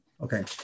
Okay